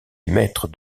maître